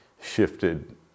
shifted